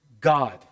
God